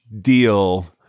deal